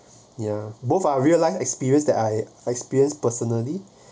ya both are real life experience that I experienced personally